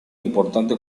importante